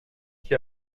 qui